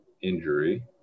injury